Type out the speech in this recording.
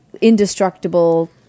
indestructible